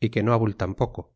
y que no abultan poco